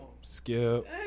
Skip